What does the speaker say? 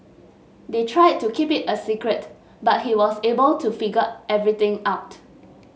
they tried to keep it a secret but he was able to figure everything out